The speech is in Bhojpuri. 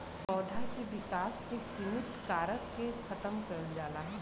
पौधा के विकास के सिमित कारक के खतम कईल जाला